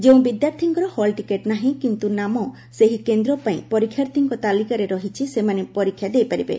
ଯେଉଁ ବିଦ୍ୟାର୍ଥୀଙ୍କର hall ticket ନାହିଁ କିନ୍ତୁ ନାମ ସେହି କେନ୍ଦ ପାଇଁ ପରୀକ୍ଷାର୍ଥୀଙ୍କ ତାଲିକାରେ ରହିଛି ସେମାନେ ପରୀକ୍ଷା ଦେଇପାରିବେ